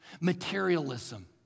materialism